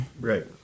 Right